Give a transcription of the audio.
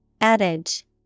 adage